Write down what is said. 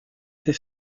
ses